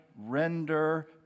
render